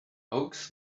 oaks